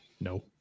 No